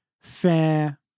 fair